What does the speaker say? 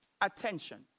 attention